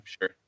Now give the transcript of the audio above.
sure